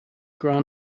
grant